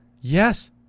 Yes